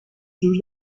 جور